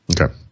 Okay